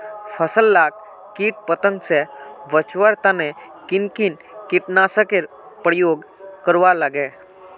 फसल लाक किट पतंग से बचवार तने किन किन कीटनाशकेर उपयोग करवार लगे?